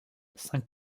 cinq